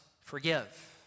forgive